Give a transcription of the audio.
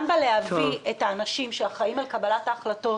גם להביא את האנשים שאחראים על קבלת ההחלטות,